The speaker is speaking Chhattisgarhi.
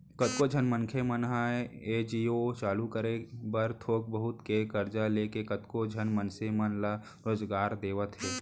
कतको झन मनखे मन ह एन.जी.ओ चालू करे बर थोक बहुत के करजा लेके कतको झन मनसे मन ल रोजगार देवत हे